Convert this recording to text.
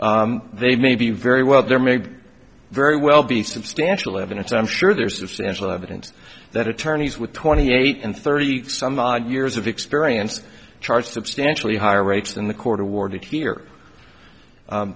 standard they may be very well there may very well be substantial evidence i'm sure there's substantial evidence that attorneys with twenty eight and thirty some odd years of experience charge substantially higher rates than the court awarded here